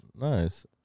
Nice